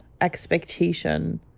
expectation